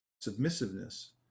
submissiveness